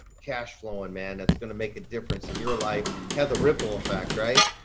cash flowing, man. that's going to make a difference in your life. have the ripple effect. right?